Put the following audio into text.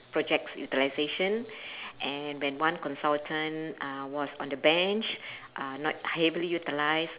project's utilisation and when one consultant uh was on the bench uh not heavily utilised